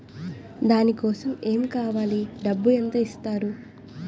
దాని కోసం ఎమ్ కావాలి డబ్బు ఎంత ఇస్తారు?